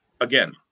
Again